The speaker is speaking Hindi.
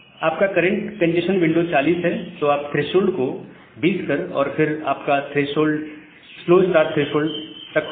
आपका करंट कंजेस्शन विंडो 40 है तो आप थ्रेशोल्ड को 20 कर और फिर आपका स्लो स्टार्ट थ्रेशोल्ड तक होता है